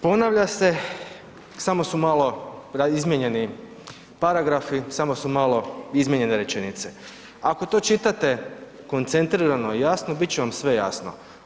Ponavlja se samo su malo izmijenjeni paragrafi, samo su malo izmijenjene rečenice, ako to čitate koncentrirano i jasno bit će vam sve jasno.